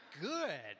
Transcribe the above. good